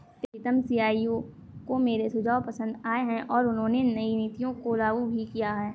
प्रीतम CEO को मेरे सुझाव पसंद आए हैं और उन्होंने नई नीतियों को लागू भी किया हैं